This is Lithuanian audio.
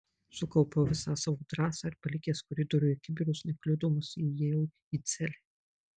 sukaupiau visą savo drąsą ir palikęs koridoriuje kibirus nekliudomas įėjau į celę